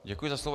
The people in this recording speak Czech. Děkuji za slovo.